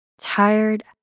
tired